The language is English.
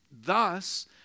Thus